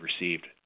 received